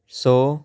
ਸੌ